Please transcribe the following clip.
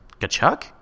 Kachuk